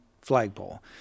flagpole